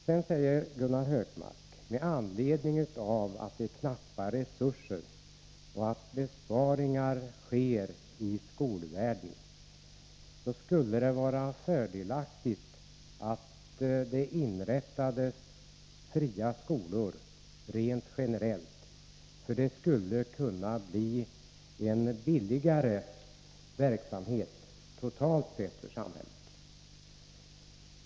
Sedan sade Gunnar Hökmark, med anledning av att resurserna är knappa och att besparingar sker i skolvärlden, att det skulle vara fördelaktigt om man rent generellt kunde inrätta fria skolor. Det skulle kunna bli en billigare verksamhet totalt sett för samhället.